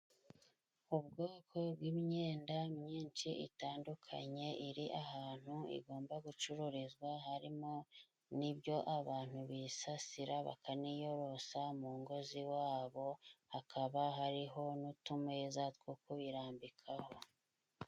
Ubwoko bw'imyenda myinshi itandukanye iri ahantu igomba gucururizwa. Harimo n'ibyo abantu bisasira bakaniyorosa mu ngo z'iwabo. Hakaba hariho n'utumeza two kuyirambikaho.